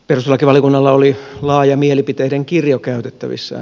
perustuslakivaliokunnalla oli laaja mielipiteiden kirjo käytettävissään